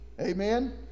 amen